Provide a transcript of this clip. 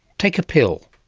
take a pill.